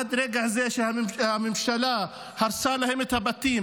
מהרגע שהממשלה הרסה להם את הבתים,